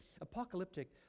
apocalyptic